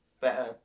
better